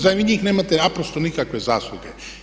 Za njih nemate naprosto nikakve zasluge.